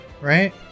right